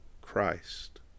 christ